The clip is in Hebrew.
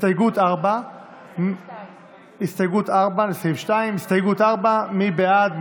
לסעיף 2. הסתייגות 4, מי בעד?